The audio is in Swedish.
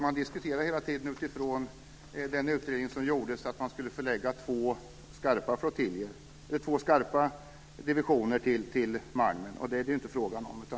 Man diskuterade utifrån den utredning som gjordes om man skulle förlägga två skarpa divisioner till Malmen, och det är det inte frågan om.